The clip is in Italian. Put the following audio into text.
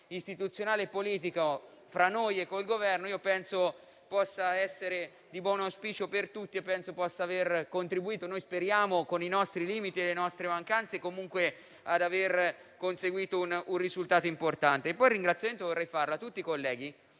istituzionale e politico fra noi e con il Governo penso possa essere di buon auspicio per tutti e penso possa aver contribuito - speriamo - con i nostri limiti e le nostre mancanze ad aver conseguito un risultato importante. Un ringraziamento vorrei farlo a tutti i colleghi.